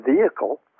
vehicle